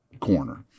corner